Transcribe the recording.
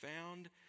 found